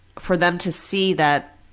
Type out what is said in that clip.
for them to see that